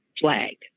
flag